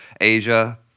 Asia